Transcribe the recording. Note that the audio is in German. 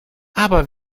aber